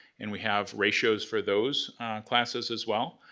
and we have ratios for those classes, as well.